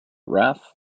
raft